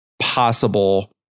possible